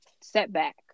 setback